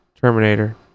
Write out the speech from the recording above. Terminator